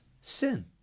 sin